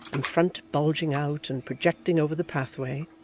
and front bulging out and projecting over the pathway,